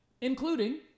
Including